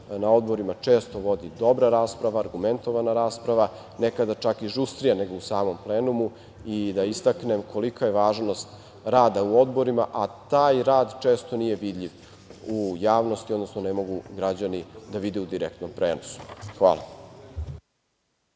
na odborima često vodi dobra rasprava, argumentovana rasprava, nekada čak i žustrija nego u samom plenumu i da istaknem kolika je važnost rada u odborima, a taj rad često nije vidljiv u javnosti, odnosno ne mogu građani da vide u direktnom prenosu. Hvala.